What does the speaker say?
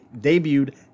debuted